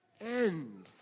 end